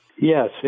Yes